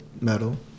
metal